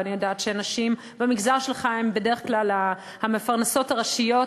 ואני יודעת שנשים במגזר שלך הן בדרך כלל המפרנסות הראשיות,